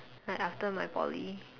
like after my Poly